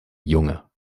junge